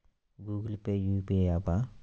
Google Pay UPI య్యాపా?